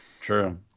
true